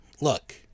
look